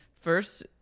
First